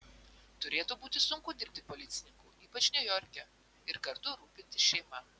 turėtų būti sunku dirbti policininku ypač niujorke ir kartu rūpintis šeima